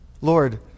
Lord